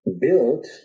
built